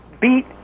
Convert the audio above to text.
beat